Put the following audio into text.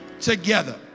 together